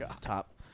top